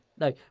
no